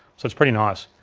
so it's pretty nice.